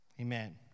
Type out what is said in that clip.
Amen